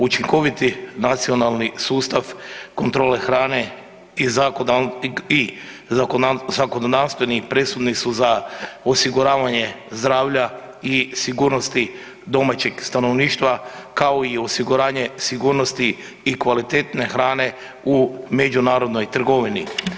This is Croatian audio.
Učinkoviti nacionalni sustav kontrole hrane i zakonodavstva, presudni su za osiguravanje zdravlja i sigurnost domaćeg stanovništva kao i osiguranje sigurnosti i kvalitetne hrane u međunarodnoj trgovini.